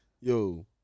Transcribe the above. Yo